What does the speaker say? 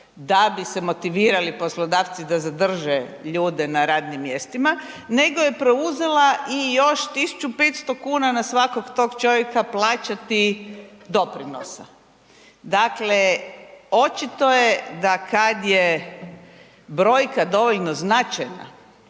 da bi se motivirali poslodavci da zadrže ljude na radnim mjestima, nego je preuzela i još 1500 kuna na svakog tog čovjeka plaćati doprinosa. Dakle, očito je da kad je brojka dovoljno značajna